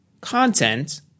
content